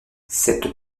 cette